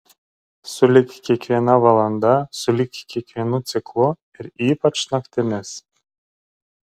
sulig kiekviena valanda sulig kiekvienu ciklu ir ypač naktimis